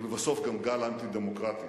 ולבסוף גם גל אנטי-דמוקרטי,